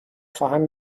خواهم